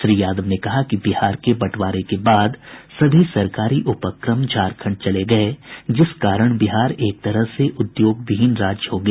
श्री यादव ने कहा कि बिहार के बंटवारे के बाद सभी सरकारी उपक्रम झारखंड चले गये जिस कारण बिहार एक तरह से उद्योगविहीन राज्य हो गया